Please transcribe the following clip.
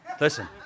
Listen